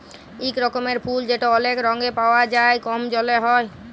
ইক রকমের ফুল যেট অলেক রঙে পাউয়া যায় কম জলে হ্যয়